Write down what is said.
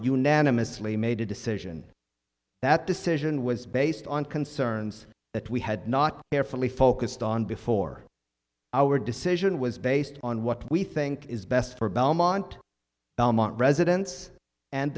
unanimously made a decision that decision was based on concerns that we had not carefully focused on before our decision was based on what we think is best for belmont belmont residence and